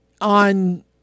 on